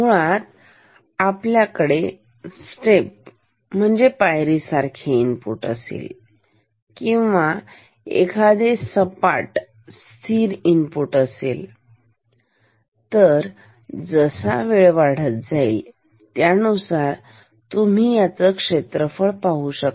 मुळात आपल्याकडे स्टेप पायरीसारखे इनपुट असेल किंवा सपाट स्थिर इनपुट असेल तर जसा वेळ वाढत जाईल त्यानुसार तुम्ही ह्यातलं क्षेत्रफळ पाहू शकता